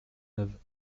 neuve